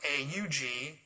AUG